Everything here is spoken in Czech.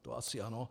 To asi ano.